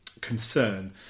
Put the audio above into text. concern